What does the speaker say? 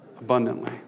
Abundantly